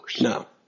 No